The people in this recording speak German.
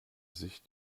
sich